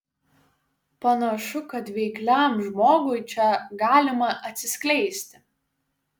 panašu kad veikliam žmogui čia galima atsiskleisti